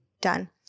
done